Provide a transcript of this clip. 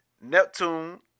Neptune